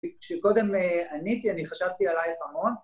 כי כשקודם עניתי אני חשבתי עלייך המון